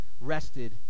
rested